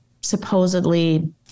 supposedly